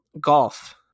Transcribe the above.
golf